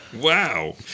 Wow